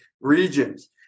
regions